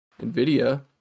NVIDIA